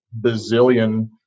bazillion